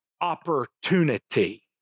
opportunity